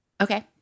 Okay